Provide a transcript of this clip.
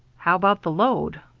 how about the load?